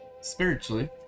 spiritually